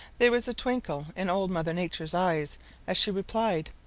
there was a twinkle in old mother nature's eyes as she replied,